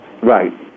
Right